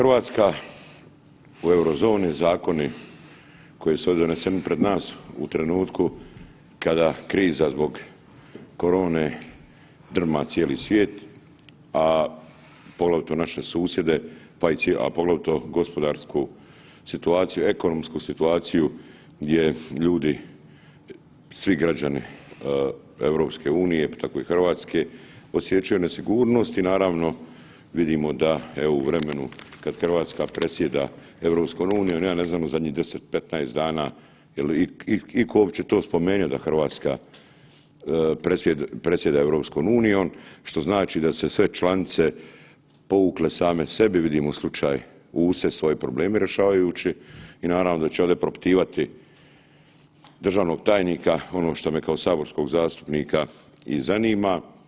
RH u Eurozoni, zakoni koji su ovdje doneseni pred nas u trenutku kada kriza zbog korone drma cijeli svijet, a poglavito naše susjede, a poglavito gospodarsku situaciju, ekonomsku situaciju gdje ljudi, svi građani EU, pa tako i RH osjećaju nesigurnost i naravno vidimo da evo u vremenu kad RH predsjeda EU, ja ne znam, u zadnjih 10-15 dana je li iko uopće to spomenuo da RH predsjeda EU, što znači da su se sve članice povukle same sebi, vidimo slučaj u se svoje probleme rješavajući i naravno da će ovdje propitivati državnog tajnika ono što me kao saborskog zastupnika i zanima.